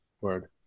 Word